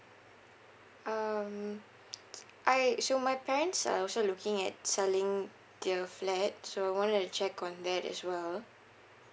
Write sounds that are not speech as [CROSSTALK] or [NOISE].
um [NOISE] I so my parents are also looking at selling their flat so I want to check on that as well